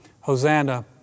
Hosanna